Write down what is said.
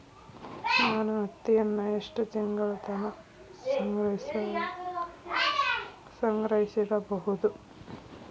ನಾನು ಹತ್ತಿಯನ್ನ ಎಷ್ಟು ತಿಂಗಳತನ ಸಂಗ್ರಹಿಸಿಡಬಹುದು?